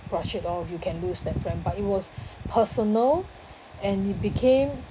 brush it off you can lose that friend but it was personal and it became